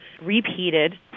repeated